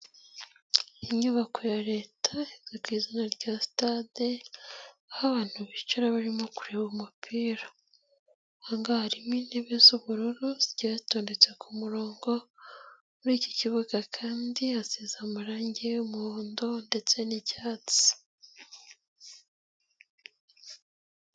Inyubako ya Leta izwi ku iza ku izina rya sitade, aho abantu bicara barimo kureba umupira, aha ngaha harimo intebe z'ubururu zigiye zitondetse ku murongo, muri iki kibuga kandi hasize amarangi y'umuhondo ndetse n'icyatsi.